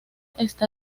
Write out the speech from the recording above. está